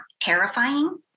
terrifying